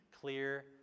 clear